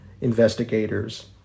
investigators